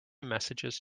messages